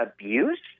abuse